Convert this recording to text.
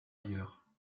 ailleurs